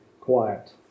quiet